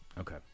Okay